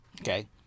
okay